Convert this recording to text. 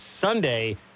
Sunday